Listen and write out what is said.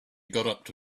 got